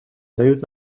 дают